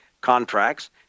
contracts